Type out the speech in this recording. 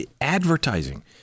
advertising